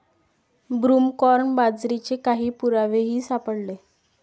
broomcorn बाजरीचे काही पुरावेही सापडले